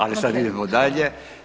Ali sad idemo dalje.